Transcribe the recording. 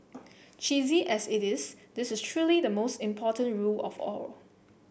cheesy as it is this is truly the most important rule of all